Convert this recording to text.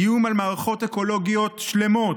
איום על מערכות אקולוגיות שלמות,